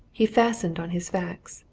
he fastened on his facts.